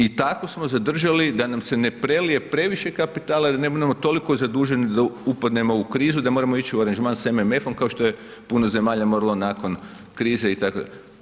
I tako smo zadržali da nam se ne prelije previše kapitala i da ne budemo toliko zaduženi da upadnemo u krizu da moramo ići u aranžman sa MMF-om kao što je puno zemalja moralo nakon krize itd.